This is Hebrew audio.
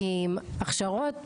כי הכשרות,